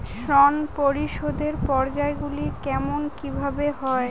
ঋণ পরিশোধের পর্যায়গুলি কেমন কিভাবে হয়?